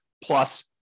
plus